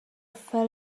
fell